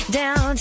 down